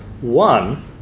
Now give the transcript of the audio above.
One